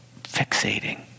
fixating